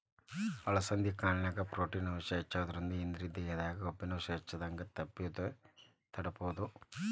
ಅಲಸಂಧಿ ಕಾಳಿನ್ಯಾಗ ಪ್ರೊಟೇನ್ ಅಂಶ ಹೆಚ್ಚಿರೋದ್ರಿಂದ ಇದ್ರಿಂದ ದೇಹದಾಗ ಕೊಬ್ಬಿನಾಂಶ ಹೆಚ್ಚಾಗದಂಗ ತಡೇಬೋದು